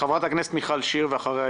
חברת הכנסת מיכל שיר ואחריה,